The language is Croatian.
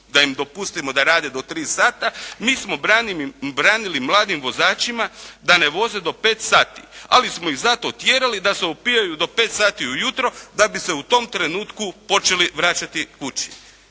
da im dopustimo do 3 sata, mi smo branili mladim vozačima da ne voze do 5 sati, ali smo ih zato tjerali da se opijaju do 5 sati u jutro da bi se u tom trenutku počeli vraćati kući.